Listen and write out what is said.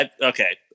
okay